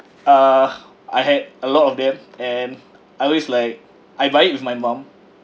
uh I had a lot of them and I always like I buy it with my mum